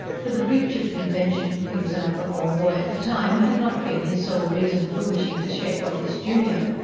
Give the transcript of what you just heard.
for the breach of convention he was an upper-form boy at the time had not been his sole reason for wishing to shake off his junior.